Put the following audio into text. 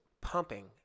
pumping